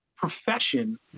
profession